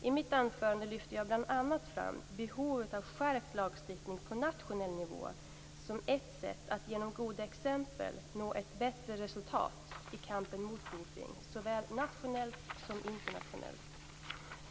I mitt anförande lyfte jag bl.a. fram behovet av skärpt lagstiftning på nationell nivå som ett sätt att genom goda exempel nå ett bättre resultat i kampen mot dopningen såväl nationellt som internationellt.